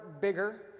bigger